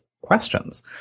questions